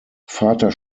vater